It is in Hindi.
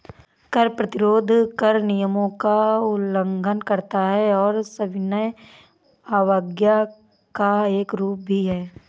कर प्रतिरोध कर नियमों का उल्लंघन करता है और सविनय अवज्ञा का एक रूप भी है